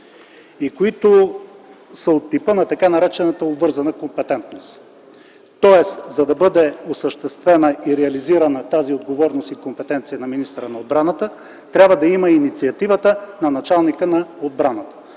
и които са от типа на така наречената обвързана компетентност. Тоест, за да бъде осъществена и реализирана тази отговорност и компетенция на министъра на отбраната, трябва да има инициативата на началника на отбраната.